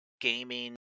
gaming